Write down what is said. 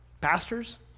pastors